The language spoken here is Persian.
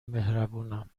مهربونم